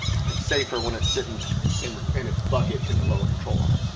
it's safer when it's sitting and in in it's bucket in the lower control arm